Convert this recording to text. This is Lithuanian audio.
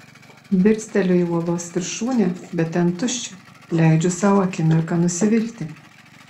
dirsteliu į uolos viršūnę bet ten tuščia leidžiu sau akimirką nusivilti